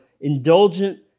indulgent